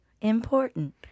Important